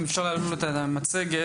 אם תוכל בבקשה להעלות בפנינו את המצגת,